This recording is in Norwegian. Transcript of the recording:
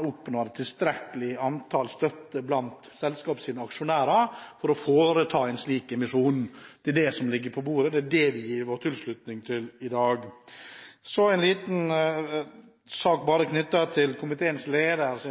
oppnår tilstrekkelig støtte blant selskapets aksjonærer for å foreta en slik emisjon. Det er det som ligger på bordet, og det er det vi gir vår tilslutning til i dag. Så en liten sak knyttet til komiteens leders